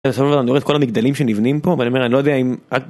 לפעמים אני רואה את כל המגדלים שנבנים פה, ואני אומר, אני לא יודע אם... א-